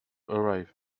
arrive